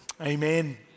Amen